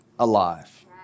alive